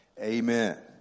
Amen